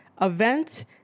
event